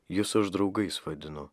jus aš draugais vadinu